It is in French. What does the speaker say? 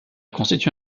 constitue